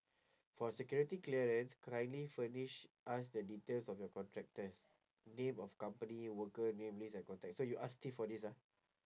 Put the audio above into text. for security clearance kindly furnish us the details of your contractors name of company worker name list and contact so you ask steve for this ah